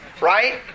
right